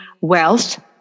wealth